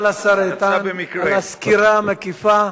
תודה לשר איתן על הסקירה המקיפה.